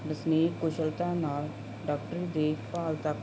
ਵਸਨੀਕ ਕੁਸ਼ਲਤਾ ਨਾਲ ਡਾਕਟਰੀ ਦੇਖਭਾਲ ਤੱਕ